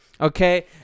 okay